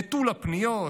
נטול הפניות.